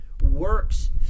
works